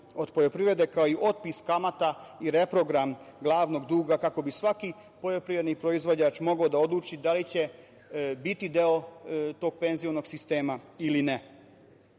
od poljoprivrede kao i otpis kamata i reprogram glavnog duga kako bi svaki poljoprivredi proizvođač mogao da odluči da li će biti deo tog penzijskog sistema ili